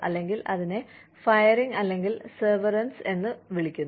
അല്ലെങ്കിൽ അതിനെ ഫൈറിങ് അല്ലെങ്കിൽ സെവർൻസ് എന്ന് വിളിക്കും